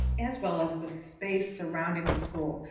as well as the space surrounding the school.